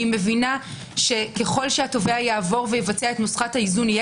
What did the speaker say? היא מבינה שככל שהתובע יעבור ויבצע את נוסחת האיזון תהיה